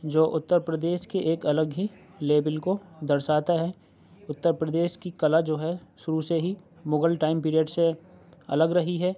جو اُترپردیش کے ایک الگ ہی لیبل کو درشاتا ہے اُترپردیش کی کلا جو ہے شروع سے ہی مغل ٹائم پیریڈ سے الگ رہی ہے